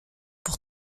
pour